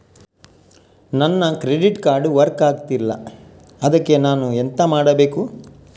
ನನ್ನ credit card work ಆಗ್ತಿಲ್ಲ ಅದ್ಕೆ ನಾನು ಎಂತ ಮಾಡಬೇಕು?